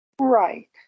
Right